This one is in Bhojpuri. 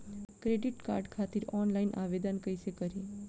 क्रेडिट कार्ड खातिर आनलाइन आवेदन कइसे करि?